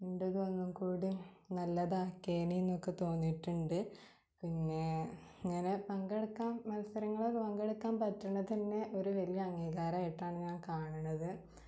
എൻ്റതൊന്നുങ്കൂടി നല്ലതാക്കിയാനേന്നൊക്കെ തോന്നീട്ടുണ്ട് പിന്നെ ഇങ്ങനെ പങ്കെടുക്കാൻ മത്സരങ്ങൾ പങ്കെടുക്കാൻ പറ്റണത് തന്നെ ഒരു വലിയ അംഗീകാരമായിട്ടാണ് ഞാൻ കാണണത്